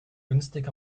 günstig